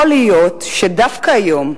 יכול להיות שדווקא היום,